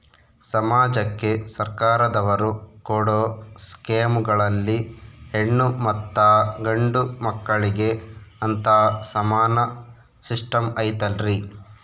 ಸಮಾಜಕ್ಕೆ ಸರ್ಕಾರದವರು ಕೊಡೊ ಸ್ಕೇಮುಗಳಲ್ಲಿ ಹೆಣ್ಣು ಮತ್ತಾ ಗಂಡು ಮಕ್ಕಳಿಗೆ ಅಂತಾ ಸಮಾನ ಸಿಸ್ಟಮ್ ಐತಲ್ರಿ?